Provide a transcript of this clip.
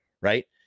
right